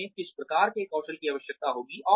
उन्हें किस प्रकार के कौशल की आवश्यकता होगी